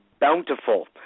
bountiful